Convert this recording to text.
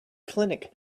clinic